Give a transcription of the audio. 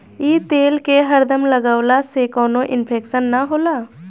इ तेल के हरदम लगवला से कवनो इन्फेक्शन ना होला